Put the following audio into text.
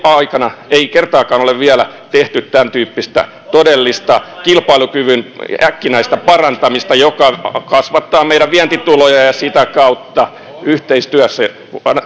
aikana ei vielä kertaakaan ole tehty tämän tyyppistä todellista kilpailukyvyn äkkinäistä parantamista joka kasvattaa meidän vientituloja ja ja sitä kautta yhteistyössä